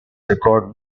record